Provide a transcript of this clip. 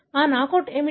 ఆ నాకౌట్ ఏమిటి